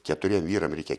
keturiem vyram reikia